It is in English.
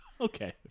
Okay